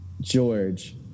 george